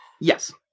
Yes